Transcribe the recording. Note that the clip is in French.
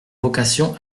vocation